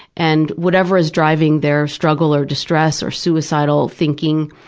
and whatever is driving their struggle or distress or suicidal thinking,